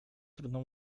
trudno